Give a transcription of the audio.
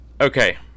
Okay